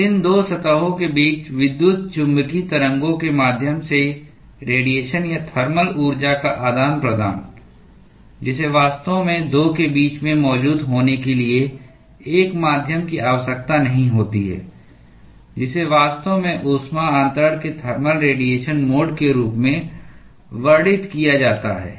तो इन 2 सतहों के बीच विद्युत चुम्बकीय तरंगों के माध्यम से रेडीएशन या थर्मल ऊर्जा का आदान प्रदान जिसे वास्तव में 2 के बीच में मौजूद होने के लिए एक माध्यम की आवश्यकता नहीं होती है जिसे वास्तव में ऊष्मा अन्तरण के थर्मल रेडीएशन मोड के रूप में वर्णित किया जाता है